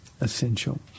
essential